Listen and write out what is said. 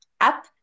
up